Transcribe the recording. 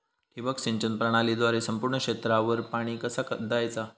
ठिबक सिंचन प्रणालीद्वारे संपूर्ण क्षेत्रावर पाणी कसा दयाचा?